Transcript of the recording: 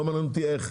לא מעניין אותי איך.